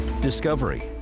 Discovery